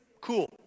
cool